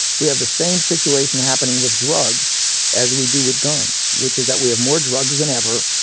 we have the same situation happening with drugs as we do with guns, which is that we have more drugs than ever.